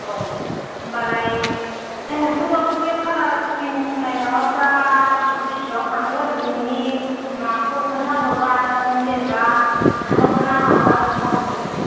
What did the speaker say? औ होनबालाय थेवबाबो बे खालार फुथिं फुननाय माबाफ्रा बेसेबां थांगोन न'नि माबखौ खोनथा हरबा नों जेन'बा हाहरगोन ना हाहरा खोन्था हरनोलाय